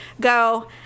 go